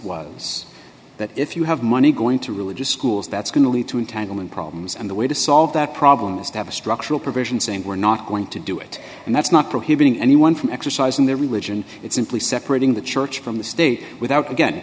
was that if you have money going to religious schools that's going to lead to entanglement problems and the way to solve that problem is to have a structural provision saying we're not going to do it and that's not prohibiting anyone from exercising their religion it's simply separating the church from the state without again